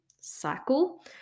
cycle